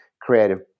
creative